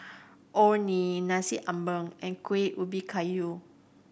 Orh Nee Nasi Ambeng and Kueh Ubi Kayu